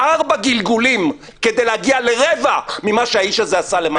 ארבעה גלגולים כדי להגיע לרבע ממה שהאיש הזה עשה למען מדינת ישראל.